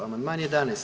Amandman 11.